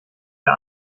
der